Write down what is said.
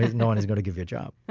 no one is going to give you a job.